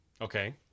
Okay